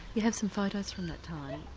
you have some photos from that time.